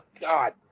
god